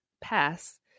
pass